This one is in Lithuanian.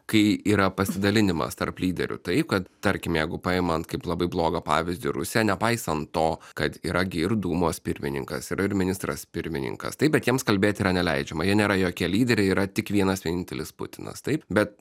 kai yra pasidalinimas tarp lyderių taip kad tarkim jeigu paimant kaip labai blogą pavyzdį rusiją nepaisant to kad yra gi ir dūmos pirmininkas yra ir ministras pirmininkas taip bet jiems kalbėti yra neleidžiama jie nėra jokie lyderiai yra tik vienas vienintelis putinas taip bet